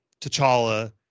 t'challa